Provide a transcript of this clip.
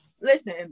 Listen